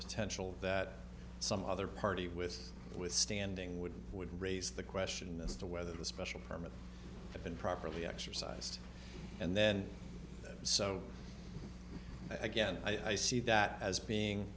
potential that some other party with withstanding would would raise the question as to whether the special permit had been properly exercised and then so again i see that as being